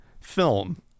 Film